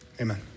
amen